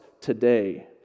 today